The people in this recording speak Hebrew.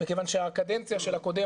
בגלל שהקדנציה של הקודם,